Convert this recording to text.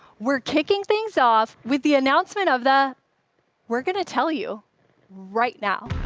we're kicking things off with the announcement of the we're going to tell you right now.